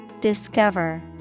Discover